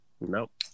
Nope